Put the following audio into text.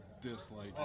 dislike